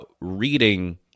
reading